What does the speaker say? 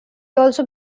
also